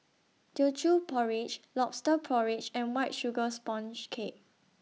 Teochew Porridge Lobster Porridge and White Sugar Sponge Cake